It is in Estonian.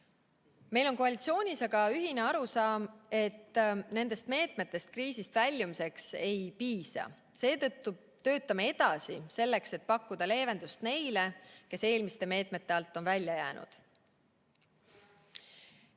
Meil on koalitsioonis aga ühine arusaam, et nendest meetmetest kriisist väljumiseks ei piisa. Seetõttu töötame edasi selleks, et pakkuda leevendust neile, kes on eelmiste meetmete alt välja jäänud.